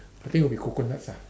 I think would be coconuts ah